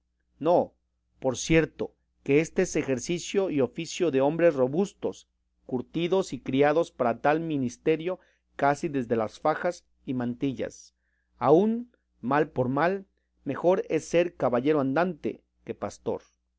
no por cierto que éste es ejercicio y oficio de hombres robustos curtidos y criados para tal ministerio casi desde las fajas y mantillas aun mal por mal mejor es ser caballero andante que pastor